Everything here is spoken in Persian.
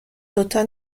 دوتا